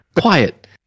Quiet